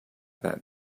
that